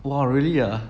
!wah! really ah